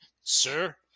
Sir